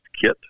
kit